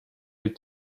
les